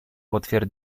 potwier